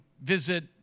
visit